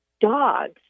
dogs